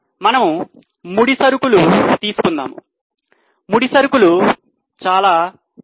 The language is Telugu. మనం ముడి సరుకులు తీసుకుందాము ముడి సరుకులు ధర చాలా తక్కువ